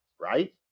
right